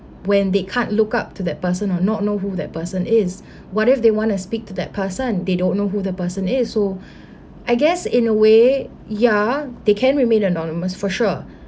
when they can't look up to that person or not know who that person is what if they want to speak to that person they don't know who the person is so I guess in a way ya they can remain anonymous for sure